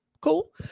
cool